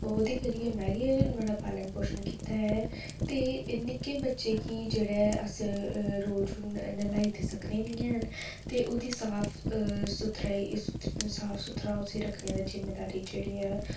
ओह्दे करी में गै नुहाड़ा पालन पोशन कीता ऐ निक्के बच्चे गी जेह्ड़ा ऐ अस रोज नल्हाई ते सकने नीं ते उ'दी साफ सुथरी रक्खने दी जिम्मेदारी जेह्ड़ी ऐ ओह् सारी गै ऐ